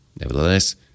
Nevertheless